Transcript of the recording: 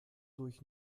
durch